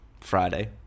Friday